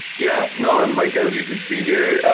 yeah. no, and like as you can see here,